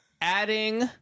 Adding